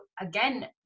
again